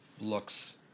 looks